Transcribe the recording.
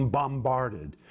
bombarded